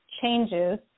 changes